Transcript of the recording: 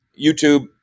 YouTube